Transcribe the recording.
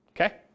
okay